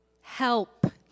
help